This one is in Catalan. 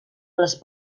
les